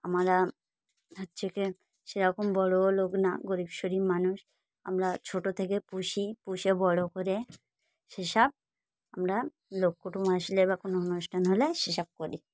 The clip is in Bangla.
আমরা হচ্ছে কি সেরকম বড়ও লোক না গরীব শরীব মানুষ আমরা ছোট থেকে পুষি পুষে বড় করে সেসব আমরা লোক কুটুম্ব আসলে বা কোনো অনুষ্ঠান হলে সেসব করি